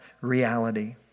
reality